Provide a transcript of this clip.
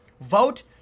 Vote